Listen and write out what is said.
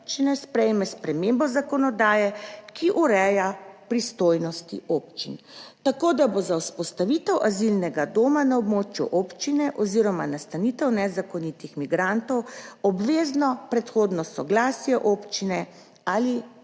sprejme spremembo zakonodaje, ki ureja pristojnosti občin, tako, da bo za vzpostavitev azilnega doma na območju občine oziroma nastanitev nezakonitih migrantov obvezno predhodno soglasje občine ali